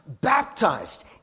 baptized